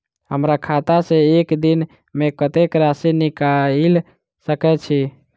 हमरा खाता सऽ एक दिन मे कतेक राशि निकाइल सकै छी